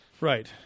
Right